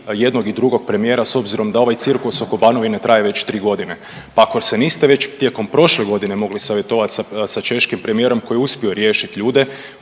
jednog i drugog premijera s obzirom da ovaj cirkus oko Banovine traje već 3.g., pa ako se niste već tijekom prošle godine mogli savjetovat sa, sa češkim premijerom koji je uspio riješit ljude